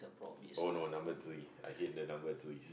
oh no number three I hate the number three